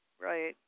right